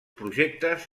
projectes